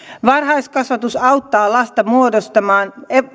varhaiskasvatus auttaa lasta muodostamaan